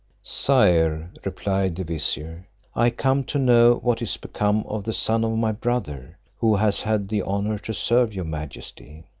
sire, replied the vizier i come to know what is become of the son of my brother, who has had the honour to serve your majesty.